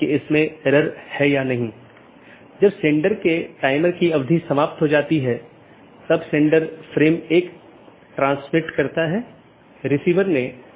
एक पारगमन AS में मल्टी होम AS के समान 2 या अधिक ऑटॉनमस सिस्टम का कनेक्शन होता है लेकिन यह स्थानीय और पारगमन ट्रैफिक दोनों को वहन करता है